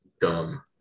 dumb